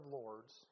lords